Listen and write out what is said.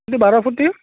বাৰ ফুটি